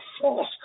false